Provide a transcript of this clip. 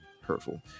hurtful